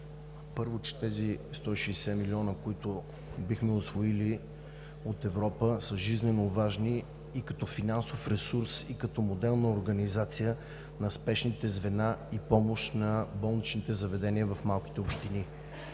Първо, че тези 160 милиона, които бихме усвоили от Европа, са жизненоважни и като финансов ресурс, и като модел на организация на спешните звена и помощ на болничните заведения в малките общини.